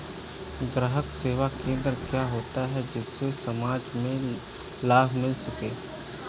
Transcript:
ग्राहक सेवा केंद्र क्या होता है जिससे समाज में लाभ मिल सके?